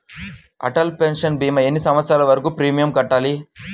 Atal pension భీమా ఎన్ని సంవత్సరాలు వరకు ప్రీమియం కట్టాలి?